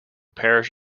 parish